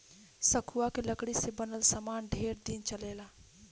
सखुआ के लकड़ी से बनल सामान ढेर दिन चलेला